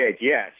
yes